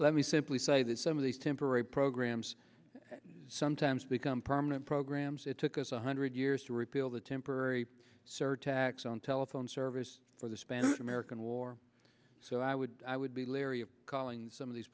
let me simply say that some of these temporary programs sometimes become permanent programs it took us one hundred years to repeal the temporary surtax on telephone service for the spanish american war so i would i would be leery of calling some of these